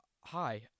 hi